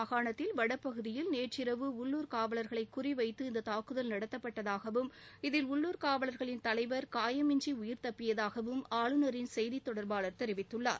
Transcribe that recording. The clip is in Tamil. மாகாணத்தில் வடபகுதியில் நேற்றிரவு உள்ளுர் காவலர்களை குறிவைத்து இந்த தாக்குதல் தக்கார் நடத்தப்பட்டதாகவும் இதில் உள்ளுர் காவலர்களின் தலைவர் காயமின்றி உயிர் தப்பியதாகவும் ஆளுநரின் செய்தி தொடர்பாளர் தெரிவித்துள்ளார்